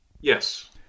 yes